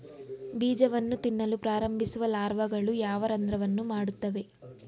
ಬೀಜವನ್ನು ತಿನ್ನಲು ಪ್ರಾರಂಭಿಸುವ ಲಾರ್ವಾಗಳು ಯಾವ ರಂಧ್ರವನ್ನು ಮಾಡುತ್ತವೆ?